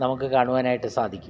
നമുക്ക് കാണുവാനായിട്ട് സാധിക്കും